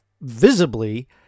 visibly